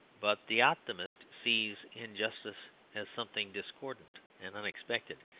but the optimist sees injustice as something discordant and unexpected,